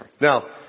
Now